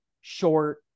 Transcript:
short